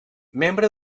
membre